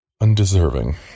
Undeserving